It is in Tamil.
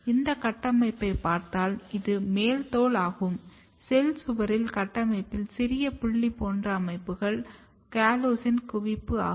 இந்த கட்டமைப்பை பார்த்தால் இது மேல்தோல் ஆகும் செல் சுவரில் கட்டமைப்பில் சிறிய புள்ளி போன்ற அமைப்புகள் காலோஸின் குவிப்பு ஆகும்